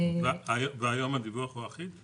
והיום הדיווח הוא אחיד?